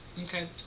Okay